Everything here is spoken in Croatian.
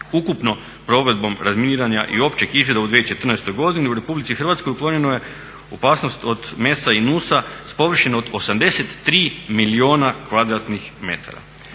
Ukupno provedbom razminiranja i općeg izvida u 2014. godini u RH uklonjena je opasnost od MES-a i NUS-a s površine od 83 milijuna kvadratnih metara.